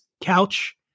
couch